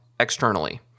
externally